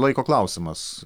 laiko klausimas